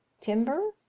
Timber